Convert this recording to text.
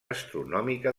astronòmica